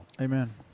Amen